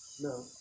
No